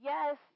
Yes